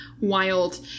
Wild